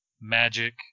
Magic